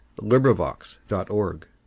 LibriVox.org